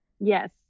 Yes